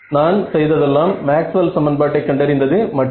நான் செய்ததெல்லாம் மேக்ஸ்வெல் சமன்பாட்டை கண்டறிந்தது மட்டும்